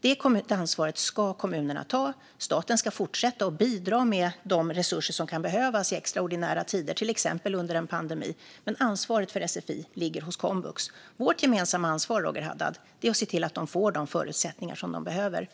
Det ansvaret ska kommunerna ta. Staten ska fortsätta att bidra med de resurser som kan behövas i extraordinära tider, till exempel under en pandemi, men ansvaret för sfi ligger hos komvux. Vårt gemensamma ansvar, Roger Haddad, är att se till att de får de förutsättningar som de behöver.